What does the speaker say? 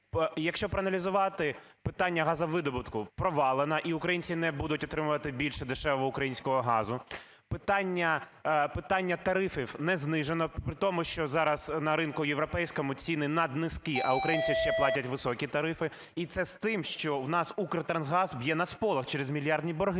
якщо проаналізувати – питання газовидобутку провалено. І українці не будуть отримувати більше дешевого українського газу. Питання тарифів не знижено. При тому, що зараз на ринку європейському ціни наднизькі, а українці ще платять високі тарифи. І це з тим, що у нас "Укртрансгаз" б'є на сполох через мільярдні борги.